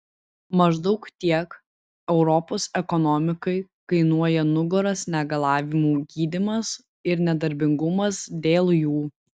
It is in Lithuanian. maždaug tiek europos ekonomikai kainuoja nugaros negalavimų gydymas ir nedarbingumas dėl jų